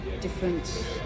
different